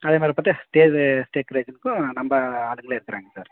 அதே மாதிரி பார்த்தா ஸ்டேஜு டெக்கரேஷனுக்கும் நம்ம ஆளுங்களே இருக்குகிறாங்க சார்